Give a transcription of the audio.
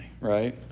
right